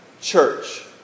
church